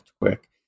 quick